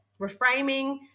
Reframing